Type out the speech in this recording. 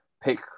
pick